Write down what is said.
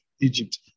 Egypt